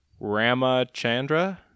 Ramachandra